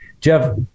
Jeff